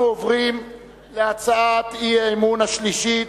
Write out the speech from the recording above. אנחנו עוברים להצעת האי-אמון השלישית,